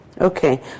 Okay